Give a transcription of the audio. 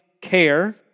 care